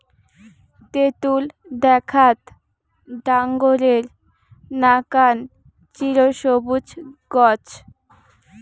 তেতুল দ্যাখ্যাত ডাঙরের নাকান চিরসবুজ গছ